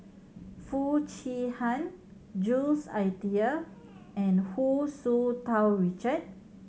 Foo Chee Han Jules Itier and Hu Tsu Tau Richard